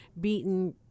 beaten